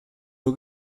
nur